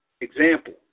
Example